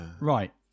Right